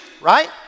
right